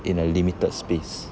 in a limited space